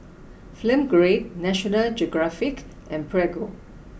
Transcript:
film Grade National Geographic and Prego